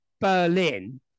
Berlin